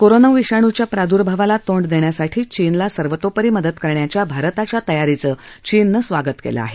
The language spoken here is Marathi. कोरोना विषाणूच्या प्रादूर्भावाला तोंड देण्यासाठी चीनला सर्वतोपरी मदत करण्याच्या भारताच्या तयारीचं चीननं स्वागत केलं आहे